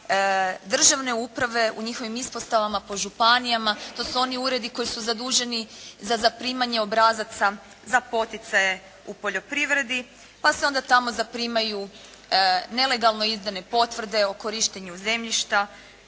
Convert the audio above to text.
državne uprave u njihovim ispostavama po županijama. To su oni uredi koji su zaduženi za zaprimanje obrazaca za poticaje u poljoprivredi pa se onda tamo zaprimaju nelegalno izdane potvrde o korištenju zemljišta